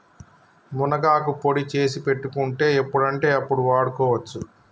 మునగాకు పొడి చేసి పెట్టుకుంటే ఎప్పుడంటే అప్పడు వాడుకోవచ్చు